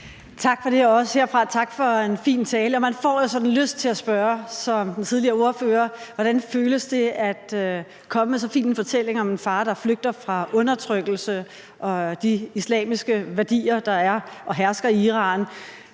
Tak for det, og også herfra tak for en fin tale. Man får sådan lyst til at spørge som den tidligere ordfører: Hvordan føles det at komme med så fin en fortælling om en far, der flygter fra undertrykkelse og de islamiske værdier, der er og hersker i Iran,